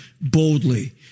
boldly